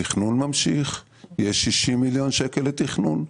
התכנון ממשיך, יש 60 מיליון שקל לתכנון,